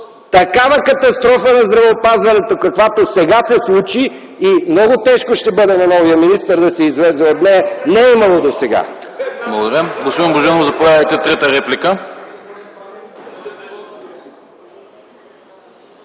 такава катастрофа на здравеопазването, каквато сега се случи, много тежко ще бъде на новия министър да се излезе от нея, не е имало досега.